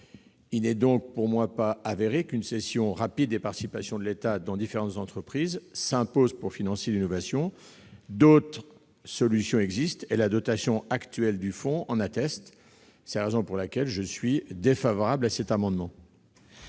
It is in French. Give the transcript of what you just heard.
Il n'est pas avéré qu'une cession rapide des participations de l'État dans différentes entreprises s'impose pour financer l'innovation. D'autres solutions existent, comme en atteste la dotation actuelle du fonds. C'est la raison pour laquelle je suis défavorable à cet amendement.